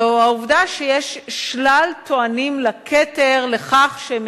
זה העובדה שיש שלל טוענים לכתר שהם